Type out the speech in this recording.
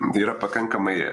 yrą pakankamai